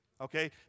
Okay